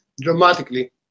dramatically